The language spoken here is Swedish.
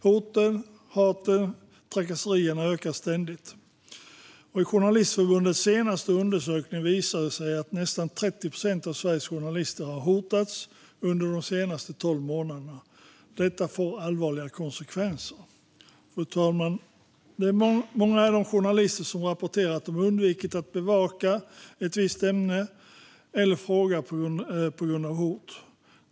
Hoten, hatet och trakasserierna ökar ständigt. Journalistförbundets senaste undersökning visar att nästan 30 procent av Sveriges journalister har hotats under de senaste tolv månaderna, och det får allvarliga konsekvenser. Många är de journalister som rapporterar att de undvikit att bevaka ett visst ämne eller en viss fråga på grund av hot.